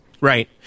Right